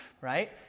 right